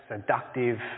seductive